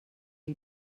ell